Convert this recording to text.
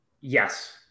Yes